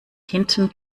hinten